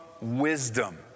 wisdom